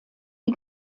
die